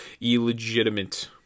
illegitimate